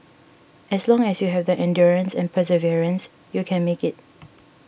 as long as you have the endurance and perseverance you can make it